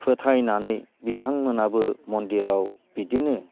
फोथायनानै बिथांमोनहाबो मन्दिराव बिदिनो